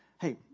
Hey